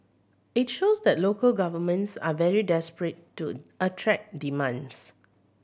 it shows that local governments are very desperate to attract demands